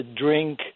drink